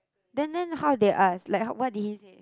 then then how they ask like how what did he say